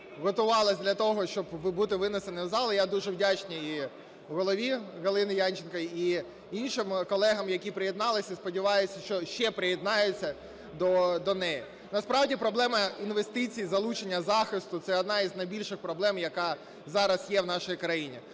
готувалась до того, щоби бути винесена в зал, і я дуже вдячний і голові Галині Янченко, і іншим колегам, які приєдналися. Сподіваюся, що ще приєднаються до неї. Насправді, проблема інвестицій, залучення захисту – це одна із найбільших проблем, яка зараз є в нашій країні.